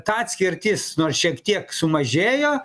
ta atskirtis nors šiek tiek sumažėjo